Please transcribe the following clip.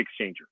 exchanger